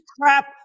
crap